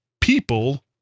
people